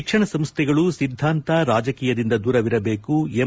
ಶಿಕ್ಷಣ ಸಂಸ್ಥೆಗಳು ಸಿದ್ಗಾಂತ ರಾಜಕೀಯದಿಂದ ದೂರವಿರಬೇಕು ಎಂ